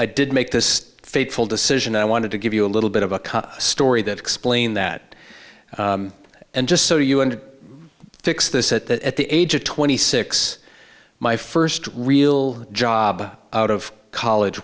i did make this fateful decision i wanted to give you a little bit of a story that explain that and just so you and fix this at that at the age of twenty six my first real job out of college